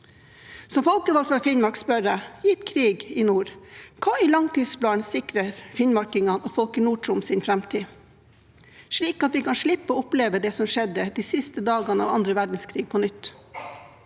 folkevalgt fra Finnmark spør jeg: Gitt krig i nord, hva i langtidsplanen sikrer finnmarkingene og folk i Nord-Troms sin framtid, slik at vi kan slippe å oppleve det som skjedde de siste dagene av andre verdenskrig, på nytt?